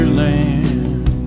land